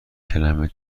کلمه